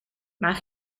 mijn